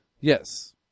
Yes